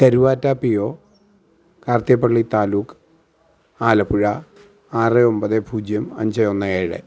Karuvatta P O Karthikappally taluk Alappuzha ആറ് ഒൻപത് പൂജ്യം അഞ്ച് ഒന്ന് ഏഴ്